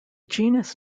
genus